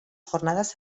jornadas